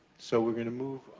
so, we're gonna move,